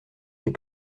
j’ai